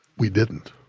we didn't